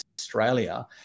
Australia